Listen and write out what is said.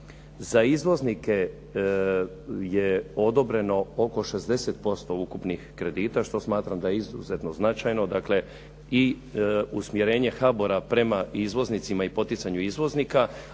za izvoznike je odobreno oko 60% ukupnih kredita, što smatram da je izuzetno značajno, dakle i usmjerenje HBOR-a prema izvoznicima i poticanju izvoznika,